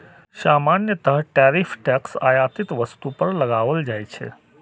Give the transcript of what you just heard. सामान्यतः tariff tax आयातित वस्तु पर लगाओल जाइ छै